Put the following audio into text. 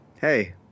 Hey